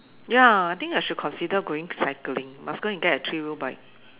ya I think I should consider going cycling must go and get a three wheel bike